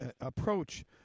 approach